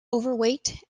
overweight